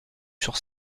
sur